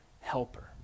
helper